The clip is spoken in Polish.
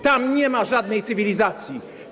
Tam nie ma żadnej cywilizacji.